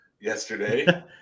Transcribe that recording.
yesterday